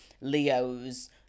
Leos